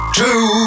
two